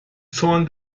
zorn